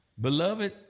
beloved